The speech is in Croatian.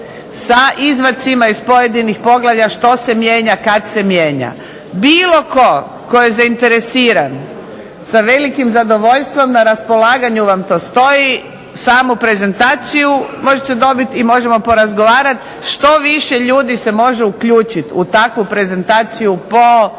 sa izvacima iz pojedinih poglavlja što se mijenja kada se mijenja. Bilo tko koji je zainteresiran sa zadovoljstvom na raspolaganju vam to stoji, samo prezentaciju možete dobiti i možemo porazgovarati što više ljudi se može uključiti u takvu prezentaciju po općinama